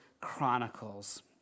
Chronicles